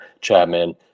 chapman